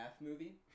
movie